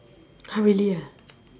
!huh! really ah